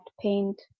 paint